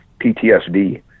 PTSD